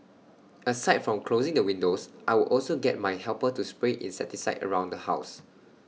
aside from closing the windows I would also get my helper to spray insecticide around the house